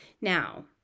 Now